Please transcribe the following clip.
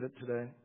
today